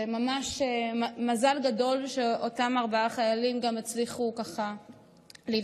זה ממש מזל גדול שאותם ארבעה חיילים הצליחו להינצל.